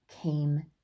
came